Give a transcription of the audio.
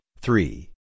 three